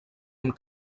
amb